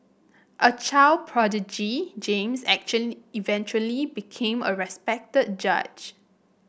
a child prodigy James eventually became a respected judge